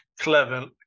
clever